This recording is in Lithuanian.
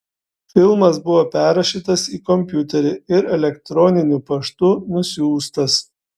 filmas buvo perrašytas į kompiuterį ir elektroniniu paštu nusiųstas